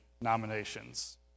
nominations